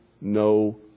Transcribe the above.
no